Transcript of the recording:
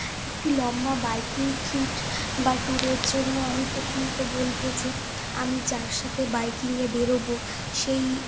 একটি লম্বা biking trip বা ট্যুরের জন্য আমি প্রথমত বলব যে আমি যার সাথে বাইকিংয়ে বেরব সেই